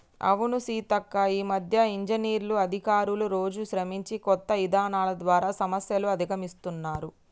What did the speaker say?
అవును సీతక్క ఈ మధ్య ఇంజనీర్లు అధికారులు రోజు శ్రమించి కొత్త ఇధానాలు ద్వారా సమస్యలు అధిగమిస్తున్నారు